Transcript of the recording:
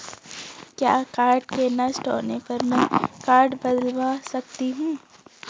क्या कार्ड के नष्ट होने पर में कार्ड बदलवा सकती हूँ?